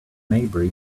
maybury